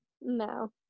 No